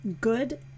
good